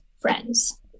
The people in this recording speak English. friends